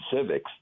civics